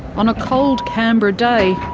on a cold canberra day,